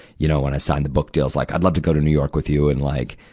you know, when i signed the book deal, is like, i'd like to go to new york with you, and, like,